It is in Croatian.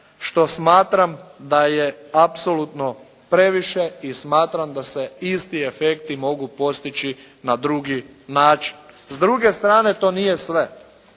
što smatram da je apsolutno previše i smatram da se isti efekti mogu postići na drugi način. S druge strane, to nije sve.